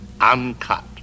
uncut